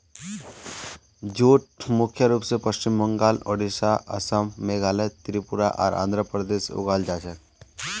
jute मुख्य रूप स पश्चिम बंगाल, ओडिशा, असम, मेघालय, त्रिपुरा आर आंध्र प्रदेशत उगाल जा छेक